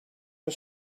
for